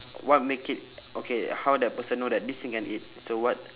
what make it okay how that person know that this thing can eat so what